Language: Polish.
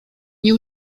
nie